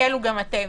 תקלו גם אתם.